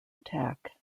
attack